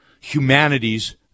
humanities